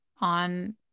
on